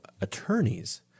attorneys